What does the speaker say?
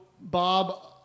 Bob